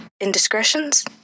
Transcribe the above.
indiscretions